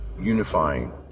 unifying